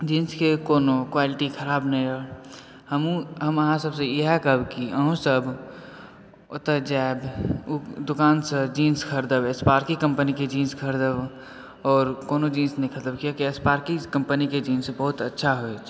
jeans के quality कोनो खराब नहि यऽ इएह कहब कि अहुँ सब ओतऽ जाएब दोकानसँ जीन्स खरीदब स्पार्की कम्पनी के जीन्स खरीदब आओर कोनो जीन्स नहि खरीदब स्पार्की कम्पनी के जीन्स बहुत अच्छा होइ छै